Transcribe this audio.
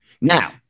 Now